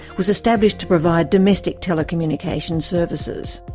was established to provide domestic telecommunication services.